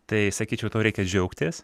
tai sakyčiau tuo reikia džiaugtis